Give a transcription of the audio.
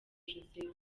joseph